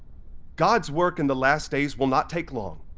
god's work in the last days will not take long,